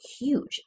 huge